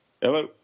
Hello